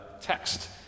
text